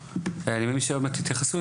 אנחנו מצאנו כן נתונים רשמיים